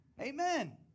amen